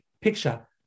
picture